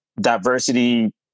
diversity